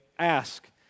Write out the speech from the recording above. Ask